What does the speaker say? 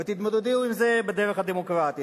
ותתמודדו עם זה בדרך הדמוקרטית.